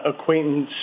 acquaintance